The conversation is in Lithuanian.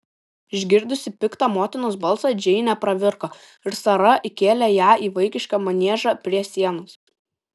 išgirdusi piktą motinos balsą džeinė pravirko ir sara įkėlė ją į vaikišką maniežą prie sienos